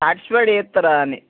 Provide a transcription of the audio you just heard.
satisfied చేస్తారా అని